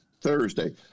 Thursday